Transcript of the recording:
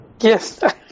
Yes